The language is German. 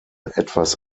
etwas